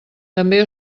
també